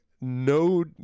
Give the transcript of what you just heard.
no